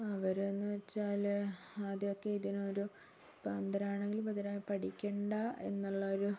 അവരെന്ന് വച്ചാല് ആദ്യമൊക്കെ ഇതിനൊരു ഇപ്പൊൾ അന്ധരാണെങ്കില് ബധിരരാണേൽ പഠിക്കണ്ട എന്നുള്ളൊരു